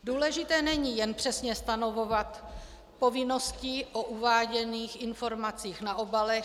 Důležité není jen přesně stanovovat povinnosti o uváděných informacích na obalech.